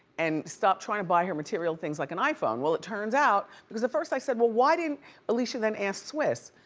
and stop tryin' to buy her material things like an iphone. well, it turns out, because at first, i said well, why didn't alicia then ask swizz,